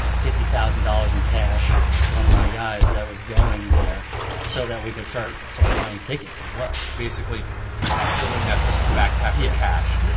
you know fifty thousand dollars in cash to one of my guys that was going there so that we could start sort of buying tickets as well basically filling that person's backpack with cash yes,